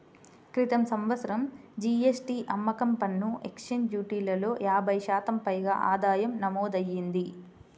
క్రితం సంవత్సరం జీ.ఎస్.టీ, అమ్మకం పన్ను, ఎక్సైజ్ డ్యూటీలలో యాభై శాతం పైగా ఆదాయం నమోదయ్యింది